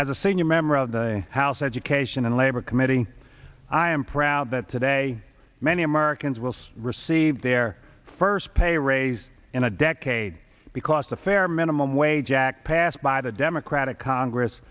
as a senior member of the house education and labor committee i am proud that today many americans will see receive their first pay raise in a decade because the fair minimum wage act passed by the democratic congress